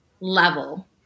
level